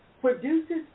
produces